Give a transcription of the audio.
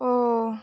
ଓ